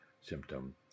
symptom